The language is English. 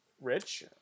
Rich